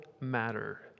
matter